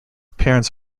parents